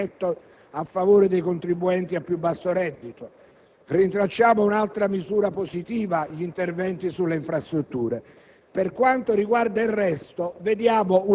che si concretizzerà in un rimborso monetario diretto a favore dei contribuenti a più basso reddito. Rintracciamo un'altra misura positiva: gli interventi sulle infrastrutture.